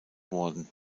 worden